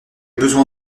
besoin